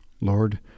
Lord